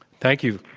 thank you.